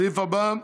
הסעיף הבא,